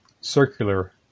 circular